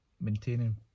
maintaining